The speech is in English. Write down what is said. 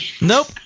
Nope